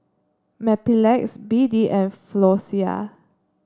Mepilex B D and Floxia